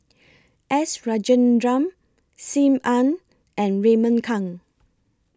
S Rajendran SIM Ann and Raymond Kang